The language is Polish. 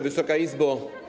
Wysoka Izbo!